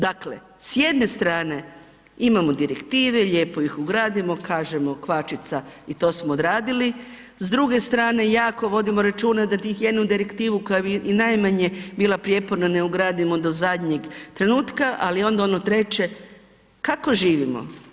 Dakle, s jedne strane imamo direktive, lijepo ih ugradimo, kažemo, kvačica i to smo odradili, s druge strane, jako vodimo računa da tih jednu direktivu koja je i najmanje bila prijeporna ne ugradimo do zadnjeg trenutka, ali onda ono treće, kako živimo?